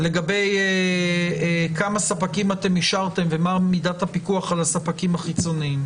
לגבי כמה ספקים אתם אישרתם ומה מידת הפיקוח על הספקים החיצוניים